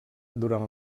durant